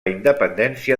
independència